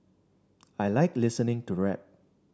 I like listening to rap